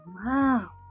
Wow